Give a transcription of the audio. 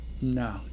No